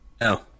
No